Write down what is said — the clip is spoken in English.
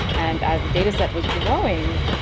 and as the dataset was growing,